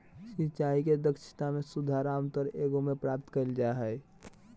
सिंचाई के दक्षता में सुधार आमतौर एगो में प्राप्त कइल जा हइ